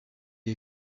est